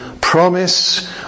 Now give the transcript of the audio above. promise